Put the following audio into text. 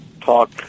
talk